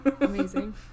Amazing